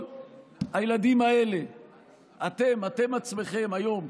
כל הילדים האלה אתם עצמכם היום,